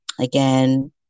Again